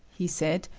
he said,